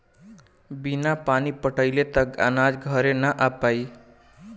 बिना पानी पटाइले त अनाज घरे ना आ पाई